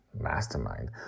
Mastermind